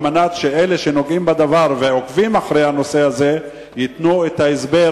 כדי שאלה שנוגעים בדבר ועוקבים אחרי הנושא הזה ייתנו את ההסבר